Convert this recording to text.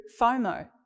FOMO